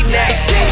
next